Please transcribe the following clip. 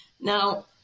Now